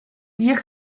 dire